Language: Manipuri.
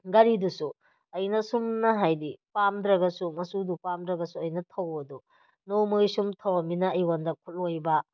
ꯒꯥꯔꯤꯗꯨꯁꯨ ꯑꯩꯅ ꯁꯨꯝꯅ ꯍꯥꯏꯗꯤ ꯄꯥꯝꯗ꯭ꯔꯒꯁꯨ ꯃꯆꯨꯗꯨ ꯄꯥꯝꯗ꯭ꯔꯒꯁꯨ ꯑꯩꯅ ꯊꯧꯕꯗꯨ ꯅꯣꯡꯃꯒꯤ ꯁꯨꯝ ꯊꯧꯔꯝꯅꯤꯅ ꯑꯩꯉꯣꯟꯗ ꯈꯨꯠꯂꯣꯏꯕ